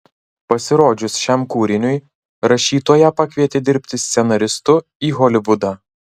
pasirodžius šiam kūriniui rašytoją pakvietė dirbti scenaristu į holivudą